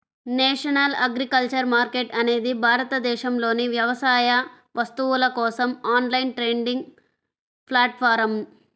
national agriculture market అనేది భారతదేశంలోని వ్యవసాయ వస్తువుల కోసం ఆన్లైన్ ట్రేడింగ్ ప్లాట్ఫారమ్